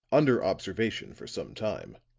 under observation for some time.